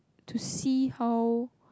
to see how